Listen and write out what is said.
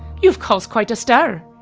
you've caused quite a stir,